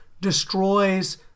destroys